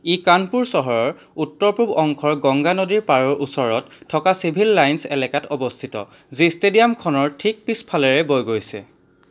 ই কানপুৰ চহৰৰ উত্তৰ পূব অংশৰ গংগা নদীৰ পাৰৰ ওচৰত থকা চিভিল লাইনছ এলেকাত অৱস্থিত যি ষ্টেডিয়ামখনৰ ঠিক পিছফালেৰে বৈ গৈছে